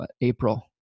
April